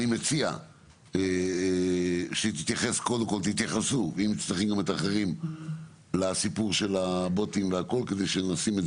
אני מציע שקודם כל תתייחסו לסיפור של הבוטים כדי שנשים את